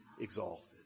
exalted